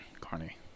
Carney